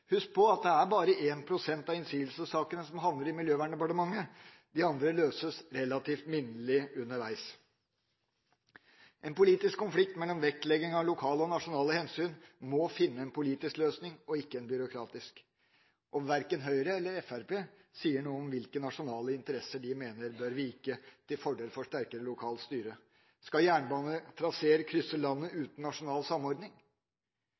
Husk på at det er bare 1 pst. av innsigelsessakene som havner i Miljøverndepartementet, de andre løses relativt minnelig underveis. En politisk konflikt mellom vektlegging av lokale og nasjonale hensyn må finne en politisk løsning og ikke en byråkratisk. Verken Høyre eller Fremskrittspartiet sier noe om hvilke nasjonale interesser de mener bør vike til fordel for sterkere lokalt styre. Skal jernbanetraseer krysse landet uten nasjonal samordning?